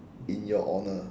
in your honour